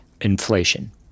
inflation